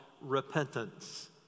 repentance